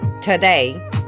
today